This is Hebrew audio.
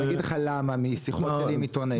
ואגיד לך למה משיחות שהיו לי עם עיתונאים.